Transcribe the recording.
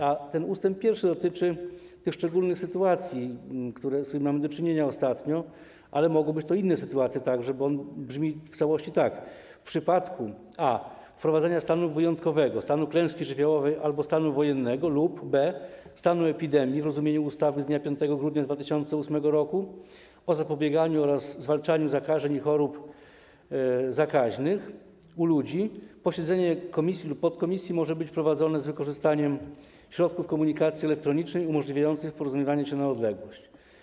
A ten ust. 1 dotyczy tych szczególnych sytuacji, z którymi mamy do czynienia ostatnio, ale mogą być to także inne sytuacje, bo brzmi on w całości tak: W przypadku: a) wprowadzenia stanu wyjątkowego, stanu klęski żywiołowej albo stanu wojennego lub b) stanu epidemii w rozumieniu ustawy z dnia 5 grudnia 2008 r. o zapobieganiu oraz zwalczaniu zakażeń i chorób zakaźnych u ludzi, posiedzenie komisji lub podkomisji może być prowadzone z wykorzystaniem środków komunikacji elektronicznej umożliwiających porozumiewanie się na odległość.